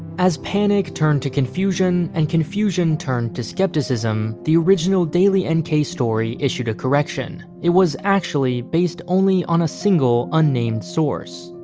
as panic turned to confusion, and confusion turned to skepticism, the original daily and nk story issued a correction it was, actually, based only on a single, unnamed source.